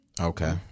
okay